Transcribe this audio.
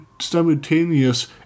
simultaneous